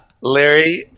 Larry